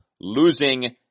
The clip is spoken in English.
losing